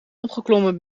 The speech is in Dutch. opgeklommen